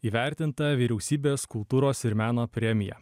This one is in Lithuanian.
įvertinta vyriausybės kultūros ir meno premija